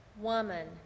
Woman